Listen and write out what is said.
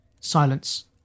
Silence